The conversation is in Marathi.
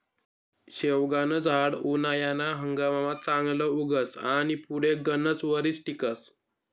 शेवगानं झाड उनायाना हंगाममा चांगलं उगस आनी पुढे गनच वरीस टिकस